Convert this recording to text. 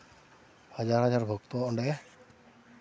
ᱦᱟᱡᱟᱨ ᱦᱟᱡᱟᱨ ᱵᱷᱚᱠᱛᱚ ᱚᱸᱰᱮ